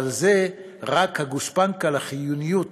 אבל זו רק הגושפנקה לחיוניות